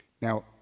Now